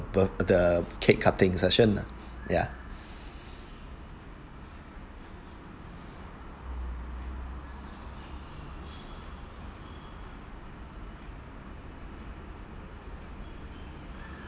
birth~ the cake cutting session lah yeah